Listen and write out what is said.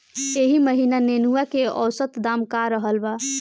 एह महीना नेनुआ के औसत दाम का रहल बा?